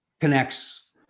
connects